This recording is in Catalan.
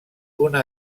una